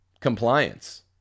compliance